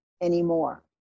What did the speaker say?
anymore